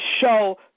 show